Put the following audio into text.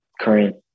current